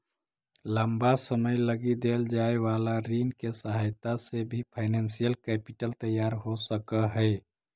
लंबा समय लगी देल जाए वाला ऋण के सहायता से भी फाइनेंशियल कैपिटल तैयार हो सकऽ हई